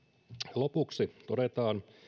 lopuksi todetaan